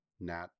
nat